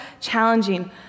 challenging